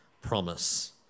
promise